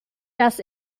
dass